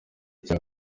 cya